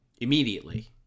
immediately